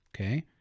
Okay